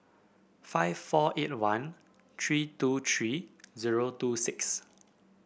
five four eight one three two three zero two six